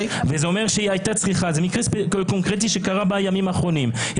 זה מקרה קונקרטי שקרה בימים האחרונים.